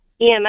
EMS